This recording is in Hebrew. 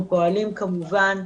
אנחנו פועלים כמובן,